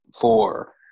four